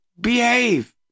Behave